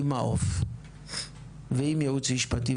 עם מעו"ף ועם ייעוץ משפטי,